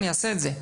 אני אעשה את זה.